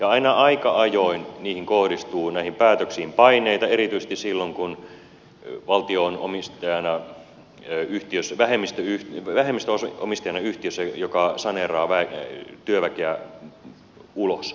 aina aika ajoin kohdistuu näihin päätöksiin paineita erityisesti silloin kun valtio on jo yhtiössä vähemmistö yhtyvä vähemmistöosa vähemmistöomistajana yhtiössä joka saneeraa työväkeä ulos